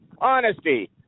Honesty